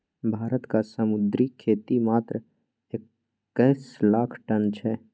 भारतक समुद्री खेती मात्र एक्कैस लाख टन छै